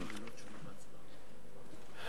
תשובה והצבעה במועד אחר.